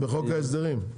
בחוק ההסדרים?